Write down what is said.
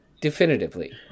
definitively